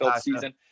season